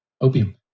Opium